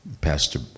pastor